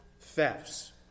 thefts